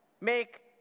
make